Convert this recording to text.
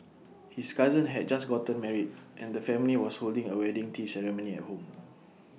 his cousin had just gotten married and the family was holding A wedding tea ceremony at home